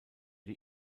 die